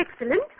excellent